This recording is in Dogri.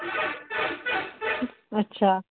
अच्छा